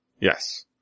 Yes